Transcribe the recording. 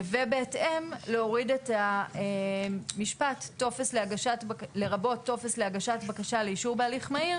ובהתאם להוריד את המשפט "לרבות טופס להגשת בקשה לאישור בהליך מהיר"